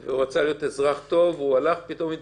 הוא לא רוצה אחר כך בסוף שיאמרו למה הוא אמר כך וכך.